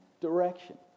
direction